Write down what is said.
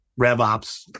RevOps